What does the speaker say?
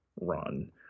run